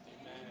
Amen